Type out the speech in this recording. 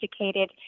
educated